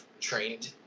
trained